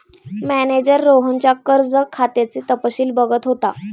manager रोहनच्या कर्ज खात्याचे तपशील बघत होता